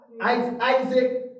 Isaac